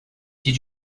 did